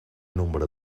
nombre